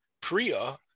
Priya